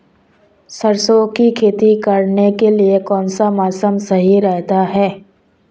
सरसों की खेती करने के लिए कौनसा मौसम सही रहता है?